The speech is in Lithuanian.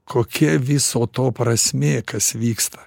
kokia viso to prasmė kas vyksta